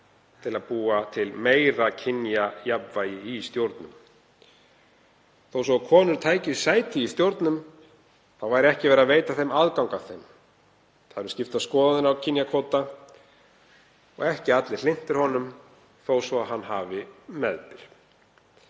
til að búa til meira kynjajafnvægi í stjórnum. Þó svo að konur tækju sæti í stjórnum þá væri ekki verið að veita þeim aðgang að þeim. Það eru því skiptar skoðanir á kynjakvóta og ekki allir hlynntir honum þó svo að hann hafi meðbyr.